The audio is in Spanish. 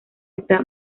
esta